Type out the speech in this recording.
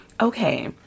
Okay